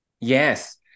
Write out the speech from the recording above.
Yes